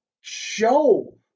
show